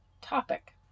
Topic